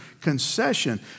concession